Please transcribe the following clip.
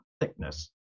thickness